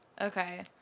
Okay